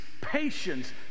patience